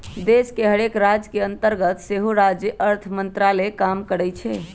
देश के हरेक राज के अंतर्गत सेहो राज्य अर्थ मंत्रालय काम करइ छै